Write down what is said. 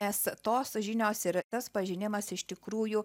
nes tos žinios ir tas pažinimas iš tikrųjų